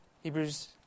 Hebrews